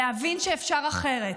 להבין שאפשר אחרת,